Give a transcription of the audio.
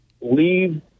Leave